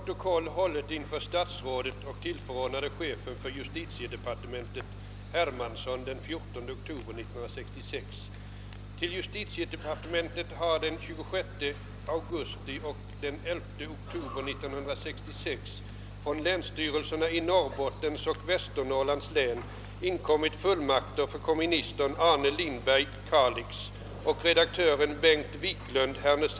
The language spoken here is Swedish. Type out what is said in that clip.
Till kammarens ledamöter har utdelats en preliminär plan för sammanträden under höstsessionen. Därav framgår bl.a. att den första frågestunden äger rum torsdagen den 27 oktober med början kl. 16.30. Då besvaras frågor som inlämnats senast kl. 12.00 fredagen den 21 oktober.